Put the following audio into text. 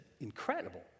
incredible